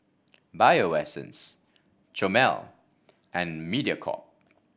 Bio Essence Chomel and Mediacorp